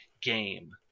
game